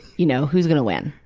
you know, who's gonna win.